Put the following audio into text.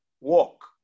walk